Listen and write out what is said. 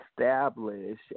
establish